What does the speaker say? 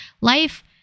life